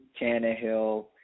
Tannehill